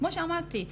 כמו שאמרתי,